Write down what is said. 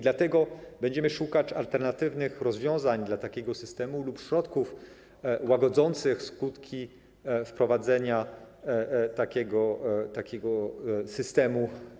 Dlatego będziemy szukać alternatywnych rozwiązań dla takiego systemu lub środków łagodzących skutki wprowadzenia takiego systemu.